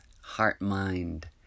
Heart-mind